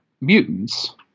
mutants